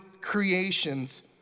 creations